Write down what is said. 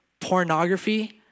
pornography